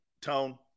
Tone